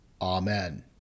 Amen